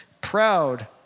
proud